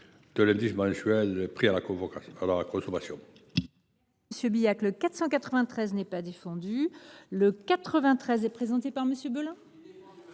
de l’indice mensuel des prix à la consommation,